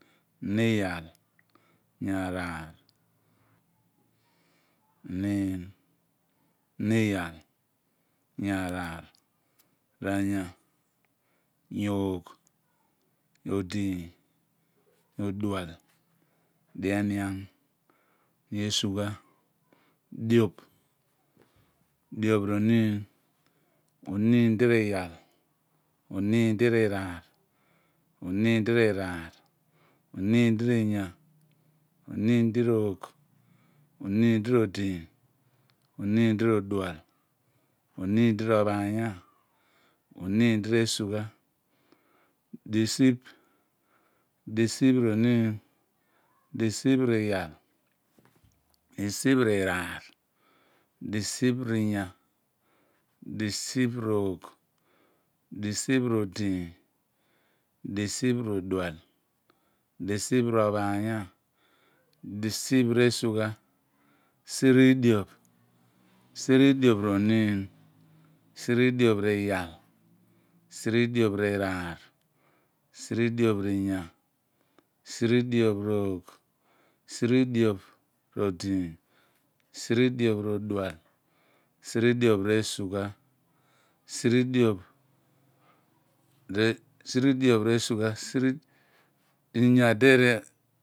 Nii yal ni araar niin, ni yal ni araar ria inya nyo ogh odiiny odual dianion esugha dioph dioph r'oniin oniin di r'iyal onim d'iraar, oniin di r'raar oniin di r'inya oniin di r'odual oniin di r'ephanya oniin di r'esugha disigh diseph r'oniin diseph r'iyal diseph r'iraar disuph r'odiiny disiph r'odual disoph r’ ophaanye disiph r'esugha siridiop siridioph r'ornin sindioph r'iyal, n r idioph r'iraar sirodioph r'inya surdioph r'rogh sirdioph r'odiiny sirulioph r'odual sindioph r'esugha sindioph di sirulioph r'esugha inya di